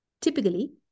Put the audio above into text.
typically